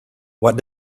what